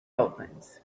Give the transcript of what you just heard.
opens